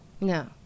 No